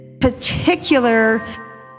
particular